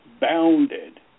bounded